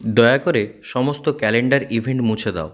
দয়া করে সমস্ত ক্যালেন্ডার ইভেন্ট মুছে দাও